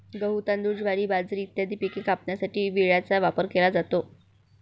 गहू, तांदूळ, ज्वारी, बाजरी इत्यादी पिके कापण्यासाठी विळ्याचा वापर केला जातो